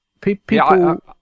People